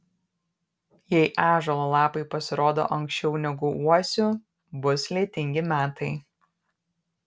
jei ąžuolo lapai pasirodo anksčiau negu uosių bus lietingi metai